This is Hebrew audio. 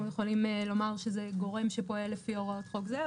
יכולים לומר שזה גורם שפועל לפי הוראות חוק זה,